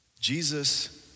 Jesus